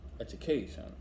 Education